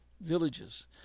villages